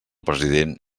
president